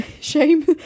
shame